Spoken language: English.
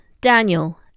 Daniel